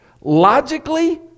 logically